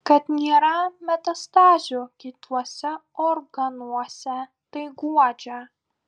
kad nėra metastazių kituose organuose tai guodžia